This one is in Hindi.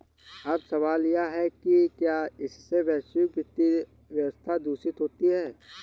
अब सवाल यह है कि क्या इससे वैश्विक वित्तीय व्यवस्था दूषित होती है